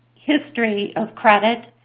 history of credit,